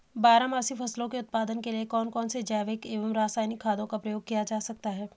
बारहमासी फसलों के उत्पादन के लिए कौन कौन से जैविक एवं रासायनिक खादों का प्रयोग किया जाता है?